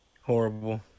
Horrible